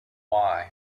why